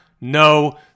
No